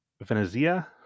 Venezia